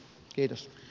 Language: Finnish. kiitos